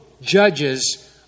judges